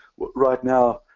right now,